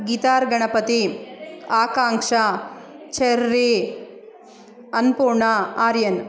Geetha R Ganapati Akanksha Cherry Annapurna Aryan